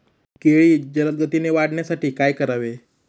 केळी जलदगतीने वाढण्यासाठी काय करावे?